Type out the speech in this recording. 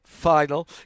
final